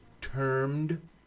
termed